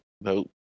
Nope